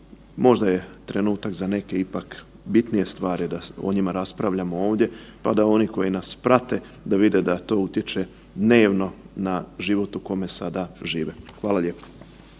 možda je trenutak ipak bitnije stvari da o njima raspravljamo ovdje, pa da oni koji nas prate da vide da to utječe dnevno na život u kome sada žive. Hvala lijepo.